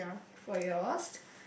for yours